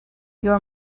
your